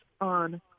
on